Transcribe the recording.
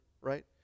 right